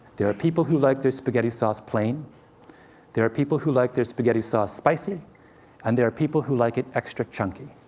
there are people who like their spaghetti sauce plain there are people who like their spaghetti sauce spicy and there are people who like it extra chunky.